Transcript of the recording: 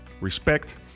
Respect